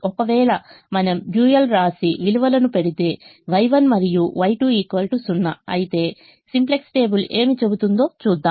ఒకవేళ మనం డ్యూయల్ వ్రాసి విలువలను పెడితే Y1 మరియు Y2 0 అయితే సింప్లెక్స్ టేబుల్ ఏమి చెబుతుందో చూద్దాం